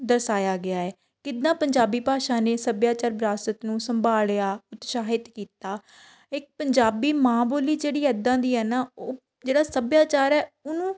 ਦਰਸਾਇਆ ਗਿਆ ਹੈ ਕਿੱਦਾਂ ਪੰਜਾਬੀ ਭਾਸ਼ਾ ਨੇ ਸੱਭਿਆਚਾਰ ਵਿਰਾਸਤ ਨੂੰ ਸੰਭਾਲਿਆ ਉਤਸ਼ਾਹਿਤ ਕੀਤਾ ਇਹ ਪੰਜਾਬੀ ਮਾਂ ਬੋਲੀ ਜਿਹੜੀ ਇੱਦਾਂ ਦੀ ਹੈ ਨਾ ਉਹ ਜਿਹੜਾ ਸੱਭਿਆਚਾਰ ਹੈ ਉਹਨੂੰ